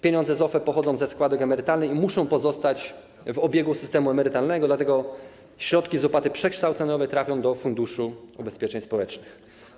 Pieniądze z OFE pochodzą ze składek emerytalnych i muszą pozostać w obiegu systemu emerytalnego, dlatego środki z opłaty przekształceniowej trafią do Funduszu Ubezpieczeń Społecznych.